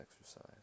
exercise